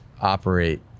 operate